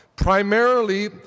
primarily